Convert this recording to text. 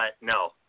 no